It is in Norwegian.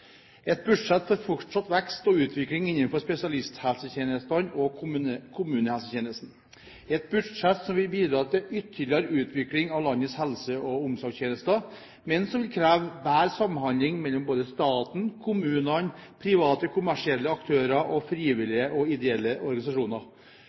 et budsjett for fortsatt vekst og utvikling innenfor spesialisthelsetjenesten og kommunehelsetjenesten og et budsjett som vil bidra til ytterligere utvikling av landets helse- og omsorgstjenester, men som vil kreve bedre samhandling mellom både staten, kommunene, private kommersielle aktører og